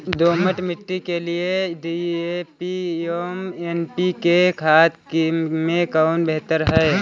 दोमट मिट्टी के लिए डी.ए.पी एवं एन.पी.के खाद में कौन बेहतर है?